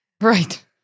Right